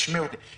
תשמעו לי,